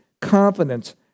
confidence